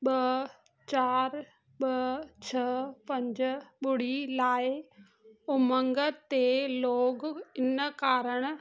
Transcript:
ॿ चारि ॿ छह पंज ॿुड़ी लाइ उमंग ते लोगइन करण